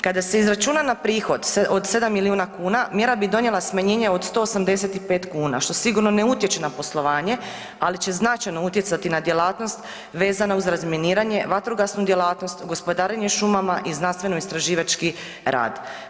Kada se izračuna na prihod od 7 milijuna kuna mjera bi donijela smanjenje od 175 kuna što sigurno ne utječe na poslovanje, ali će značajno utjecati na djelatnost vezano uz razminiranje, vatrogasnu djelatnost, gospodarenje šumama i znanstveno-istraživači rad.